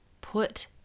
put